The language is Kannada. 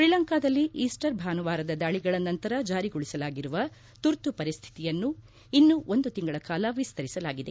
ಶ್ರೀಲಂಕಾದಲ್ಲಿ ಈಸ್ಟರ್ ಭಾನುವಾರದ ದಾಳಗಳ ನಂತರ ಜಾರಿಗೊಳಿಸಲಾಗಿರುವ ತುರ್ತು ಪರಿಸ್ಥಿತಿಯನ್ನು ಇನ್ನೂ ಒಂದು ತಿಂಗಳ ಕಾಲ ವಿಸ್ತರಿಸಲಾಗಿದೆ